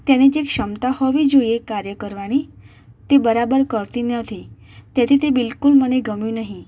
તેની જે ક્ષમતા હોવી જોઇએ કાર્ય કરવાની તે બરાબર કરતી નથી તેથી તે બિલકુલ મને ગમ્યું નહીં